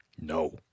No